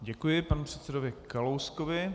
Děkuji panu předsedovi Kalouskovi.